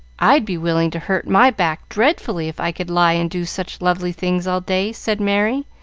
i'd be willing to hurt my back dreadfully, if i could lie and do such lovely things all day, said merry,